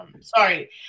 Sorry